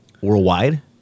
worldwide